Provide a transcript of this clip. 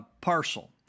parcel